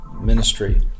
ministry